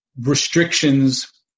restrictions